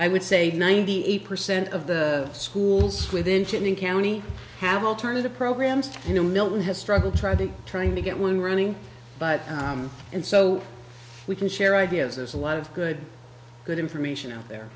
i would say ninety eight percent of the schools within chinning county have alternative programs you know milton has struggled trying to get one running but and so we can share ideas there's a lot of good good information out there